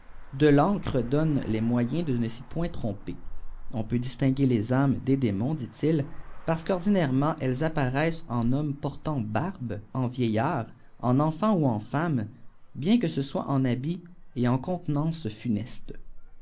de mille sortes ddancre donne les moyens dé ne s'ypôint tromper qti peut distinguer lésâmes des démons dit-il parce qu'oî éinâiremeht elles apparaissent en hommes portant barbe en vieillards en enfants ou en femmes bien que ce soit en habit et en contenance funeste